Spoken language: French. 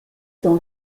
dans